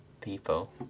people